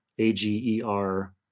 A-G-E-R